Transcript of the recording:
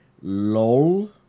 LOL